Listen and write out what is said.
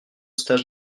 stage